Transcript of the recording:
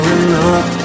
enough